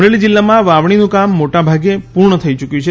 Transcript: અમરેલી જિલ્લામા વાવણીનુ કામ મોટાભાગે પુર્ણ થઇ યુકયુ છે